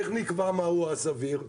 איך נקבע מה סביר?